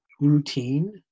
routine